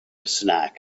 snack